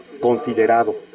considerado